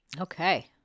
Okay